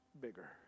bigger